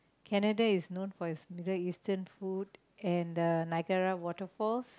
Canada is known for its Middle Eastern food and the Nigeria waterfalls